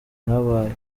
habaye